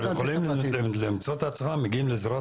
אבל יכולים למצוא את עצמם מגיעים לזירת